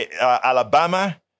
Alabama